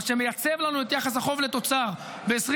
מה שמייצב לנו את יחס החוב לתוצר ב-2025.